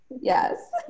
Yes